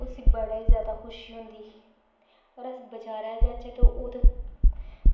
उस्सी बड़ी गै जादै खुशी होंदी ते अगर अस बजार जाचै ते ओह्